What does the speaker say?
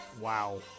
Wow